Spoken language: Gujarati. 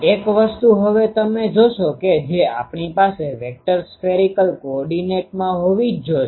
એક વસ્તુ હવે તમે જોશો કે જે આપણી પાસે વેક્ટર સ્ફેરીકલ કો ઓર્ડીનેટમાં હોવી જ જોશે